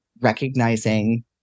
recognizing